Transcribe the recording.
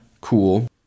cool